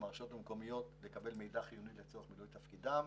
ומהרשויות המקומיות לקבל מידע חיוני לצורך מילוי תפקידם,